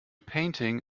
painting